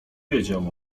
wiedział